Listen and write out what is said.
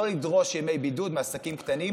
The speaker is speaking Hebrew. כמו לא לדרוש ימי בידוד מעסקים קטנים,